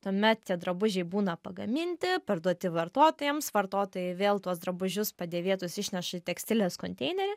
tuomet tie drabužiai būna pagaminti parduoti vartotojams vartotojai vėl tuos drabužius padėvėtus išneša į tekstilės konteinerį